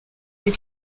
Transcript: les